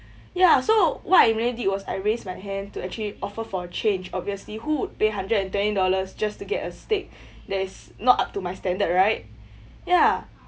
ya so what I really did was I raise my hand to actually offer for a change obviously who would pay hundred and twenty dollars just to get a steak that is not up to my standard right ya